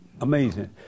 Amazing